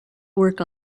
work